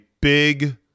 big